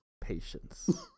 Patience